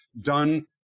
done